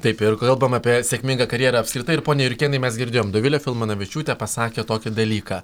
taip ir kalbam apie sėkmingą karjerą apskritai ir pone jurkėnai mes girdėjom dovilė filmanavičiūtė pasakė tokį dalyką